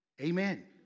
Amen